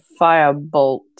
firebolt